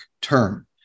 term